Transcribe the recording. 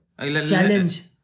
challenge